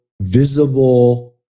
visible